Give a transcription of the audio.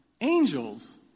angels